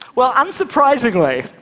well, unsurprisingly,